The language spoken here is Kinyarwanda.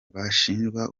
bashinjwa